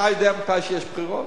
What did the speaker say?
אתה יודע מתי יש בחירות?